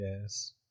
Yes